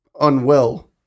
unwell